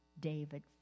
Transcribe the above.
david